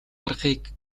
аргыг